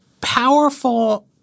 powerful—